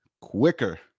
quicker